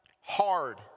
hard